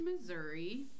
Missouri